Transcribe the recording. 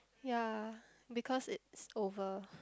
ya because it's over